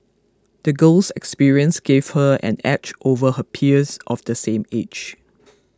the girl's experiences gave her an edge over her peers of the same age